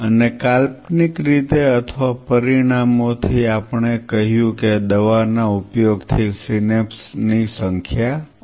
અને કાલ્પનિક રીતે અથવા પરિમાણો થી આપણે કહ્યું કે દવાના ઉપયોગથી સિનેપ્સ ની સંખ્યા વધશે